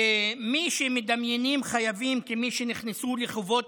למי שמדמיינים חייבים כמי שנכנסו לחובות